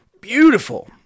Beautiful